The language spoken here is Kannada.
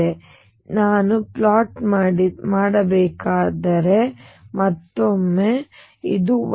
ಈಗ ನಾನು ಪ್ಲಾಟ್ ಮಾಡಬೇಕಾದರೆ ಮತ್ತೊಮ್ಮೆ ಮತ್ತು ಇದು 1 ಮತ್ತು 1